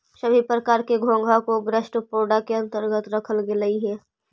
सभी प्रकार के घोंघा को गैस्ट्रोपोडा के अन्तर्गत रखल गेलई हे